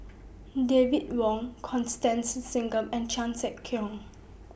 David Wong Constance Singam and Chan Sek Keong